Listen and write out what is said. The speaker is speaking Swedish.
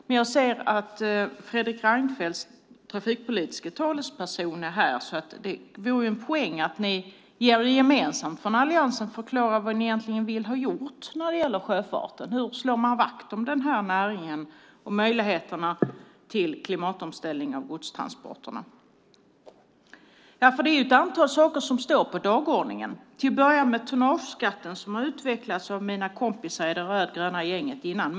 Men jag ser att Fredrik Reinfeldts trafikpolitiska talesperson är här, så det vore ju en poäng att ni gemensamt från alliansen förklarar vad ni egentligen vill ha gjort när det gäller sjöfarten. Hur slår man vakt om den här näringen och möjligheterna till klimatomställning av godstransporterna? Det är ett antal saker som står på dagordningen, till att börja med tonnageskatten som har utvecklats av mina kompisar i det rödgröna gänget tidigare.